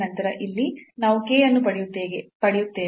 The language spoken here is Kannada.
ನಂತರ ಇಲ್ಲಿ ನಾವು k ಅನ್ನು ಪಡೆಯುತ್ತೇವೆ